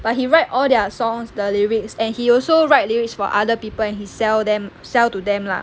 but he write all their songs the lyrics and he also write lyrics for other people and he sell them sell to them lah